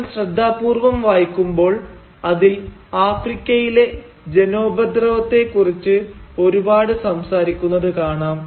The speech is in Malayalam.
നോവൽ ശ്രദ്ധാപൂർവം വായിക്കുമ്പോൾ അതിൽ ആഫ്രിക്കയിലെ ജനോപദ്രവത്തേക്കുറിച്ച് ഒരുപാട് സംസാരിക്കുന്നത് കാണാം